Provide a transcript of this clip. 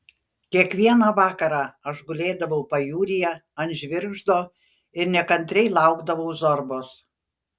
kiekvieną vakarą aš gulėdavau pajūryje ant žvirgždo ir nekantriai laukdavau zorbos